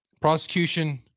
prosecution